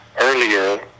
earlier